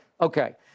Okay